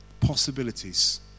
Possibilities